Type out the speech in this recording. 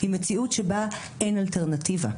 היא מציאות שבה אין אלטרנטיבה.